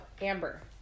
Amber